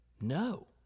no